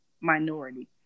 minority